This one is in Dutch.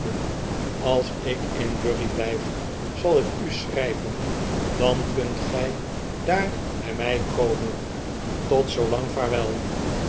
als ik in bury blijf zal ik u schrijven dan kunt gij daar bij mij komen tot zoolang vaarwel